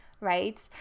right